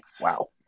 Wow